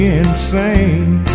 insane